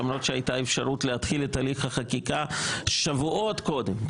למרות שהייתה אפשרות להתחיל את תהליך החקיקה שבועות קודם.